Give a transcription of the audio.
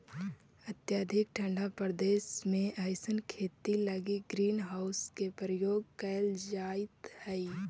अत्यधिक ठंडा प्रदेश में अइसन खेती लगी ग्रीन हाउस के प्रयोग कैल जाइत हइ